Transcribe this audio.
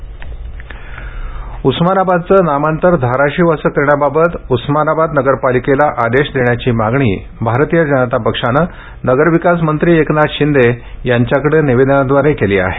उस्मानाबाद नामांतर उस्मानाबादचं नामांतर धाराशिव असं करण्याबाबत उस्मानाबाद नगरपालिकेला आदेश देण्याची मागणी भारतीय जनता पक्षानं नगरविकास मंत्री एकनाथ शिंदे यांच्याकडे निवेदनाद्वारे केली आहे